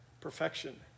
perfection